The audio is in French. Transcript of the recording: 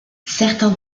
certains